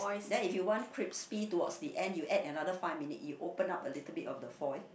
then if you want crispy towards the end you add another five minute you open up a little bit of the foil